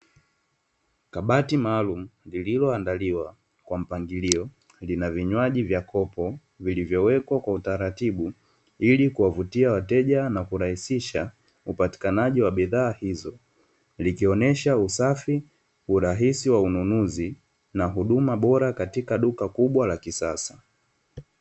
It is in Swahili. Kabati maalumu lililoandaliwa kwa mpangilio, lina vinywaji vya kopo vilivyowekwa utaratibu, ili kuwavutia wateja na kurahisisha upatikanaji wa bidhaa hizo, likionyesha usafi na urahisi wa ununuzi, na huduma bora katika duka kubwa la kisasa.